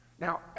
now